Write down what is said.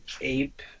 ape